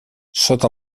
sota